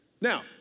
Now